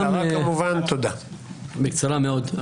קודם כול,